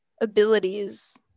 abilities